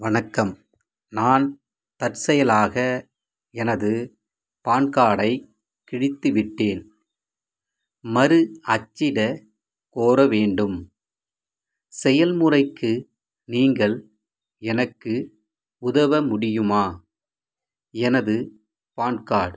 வணக்கம் நான் தற்செயலாக எனது பான் கார்டைக் கிழித்துவிட்டேன் மறு அச்சிடக் கோர வேண்டும் செயல்முறைக்கு நீங்கள் எனக்கு உதவ முடியுமா எனது பான் கார்டு